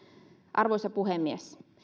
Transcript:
arvoisa puhemies